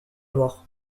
noir